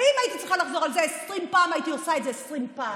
ואם הייתי צריכה לחזור על זה 20 פעם הייתי עושה את זה 20 פעם,